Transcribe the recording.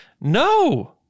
No